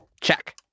Check